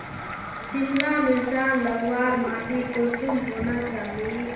सिमला मिर्चान लगवार माटी कुंसम होना चही?